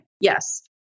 Yes